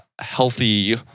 healthy